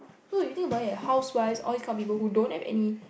no you think about it housewife all these kinds of people who don't have any